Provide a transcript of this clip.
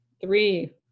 Three